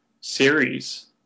series